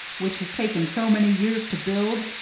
which has taken so many years to build,